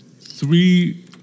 three